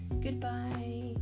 Goodbye